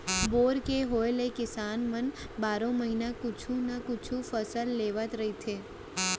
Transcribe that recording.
bore के होए ले किसान मन बारो महिना कुछु न कुछु फसल लेवत रहिथे